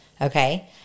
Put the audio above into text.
Okay